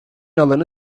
alanı